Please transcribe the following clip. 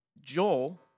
Joel